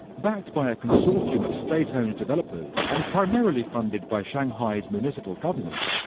backed by a consortium of state-owned developers and primarily funded by shanghai's municipal government,